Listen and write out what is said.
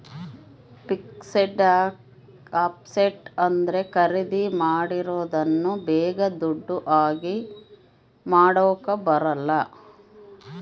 fixed asset ಅಂದ್ರೆ ಖರೀದಿ ಮಾಡಿರೋದನ್ನ ಬೇಗ ದುಡ್ಡು ಆಗಿ ಮಾಡಾಕ ಬರಲ್ಲ